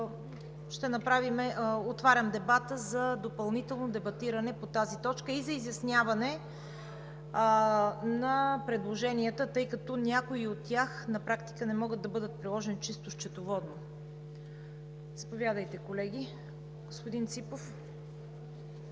и отварям дебата за допълнително дебатиране по тази точка и за изясняване на предложенията, тъй като някои от тях на практика не могат да бъдат приложени чисто счетоводно. Заповядайте, колеги. Господин Ципов.